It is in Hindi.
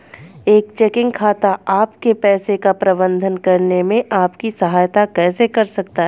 एक चेकिंग खाता आपके पैसे का प्रबंधन करने में आपकी सहायता कैसे कर सकता है?